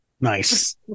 nice